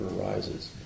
arises